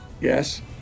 Yes